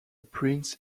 prince